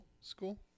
school